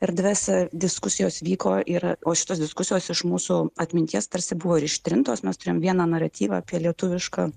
erdves diskusijos vyko ir o šitos diskusijos iš mūsų atminties tarsi buvo ir ištrintos mes turim vieną naratyvą apie lietuvišką